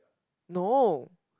no